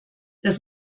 das